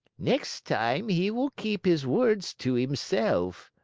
next time he will keep his words to himself.